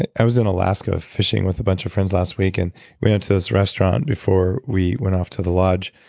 and i was in alaska fishing with a bunch of friends last week and we went and to this restaurant before we went off to the lodge.